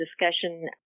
discussion